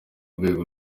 rwego